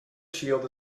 shield